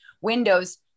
windows